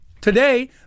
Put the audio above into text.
Today